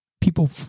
people